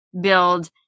build